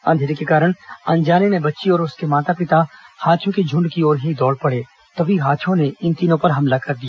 अंधेरे के कारण अनजाने में बच्ची और उसके माता पिता हाथियों के झुंड की ओर ही दौड़ पड़े तभी हाथियों ने इन तीनों पर हमला कर दिया